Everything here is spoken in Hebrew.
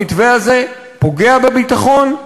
המתווה הזה פוגע בביטחון,